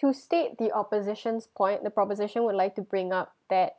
to state the opposition's point the proposition would like to bring up that